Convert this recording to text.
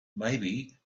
maybe